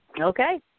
Okay